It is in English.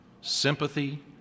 sympathy